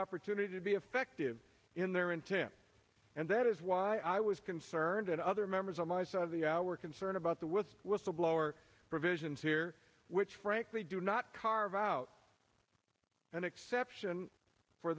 opportunity to be effective in their intent and that is why i was concerned and other members on my side of the hour were concerned about the with whistleblower provisions here which frankly do not carve out an exception for